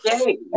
Okay